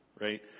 right